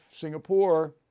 Singapore